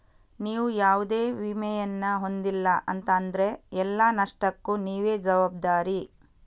ನೀವು ಯಾವುದೇ ವಿಮೆಯನ್ನ ಹೊಂದಿಲ್ಲ ಅಂತ ಆದ್ರೆ ಎಲ್ಲ ನಷ್ಟಕ್ಕೂ ನೀವೇ ಜವಾಬ್ದಾರಿ